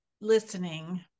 listening